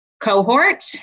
cohort